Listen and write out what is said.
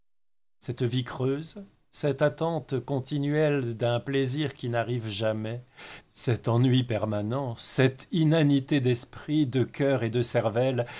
cette vie creuse cette attente continuelle d'un plaisir qui n'arrive jamais cet ennui permanent cette inanité d'esprit de cœur et de cervelle